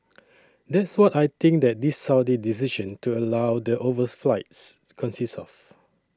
that's what I think that this Saudi decision to allow the overflights consists of